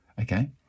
okay